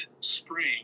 spring